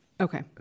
Okay